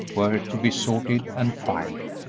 were to be sorted and filed.